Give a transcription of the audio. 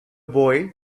boy